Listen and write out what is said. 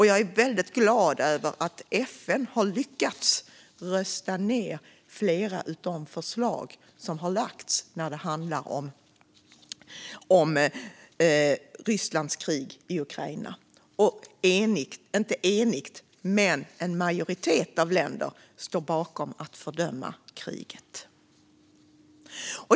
Jag är väldigt glad över att FN har lyckats rösta ned flera av de förslag som har lagts fram när det gäller Rysslands krig i Ukraina. Man har inte varit eniga, men en majoritet av länderna står bakom att fördöma kriget.